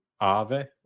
ave